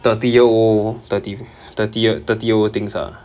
thirty year old thirty thirty ye~ thirty year old things ah